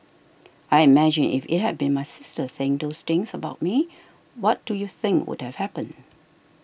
I imagine if it had been my sister saying those things about me what do you think would have happened